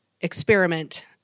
experiment